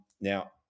now